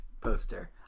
poster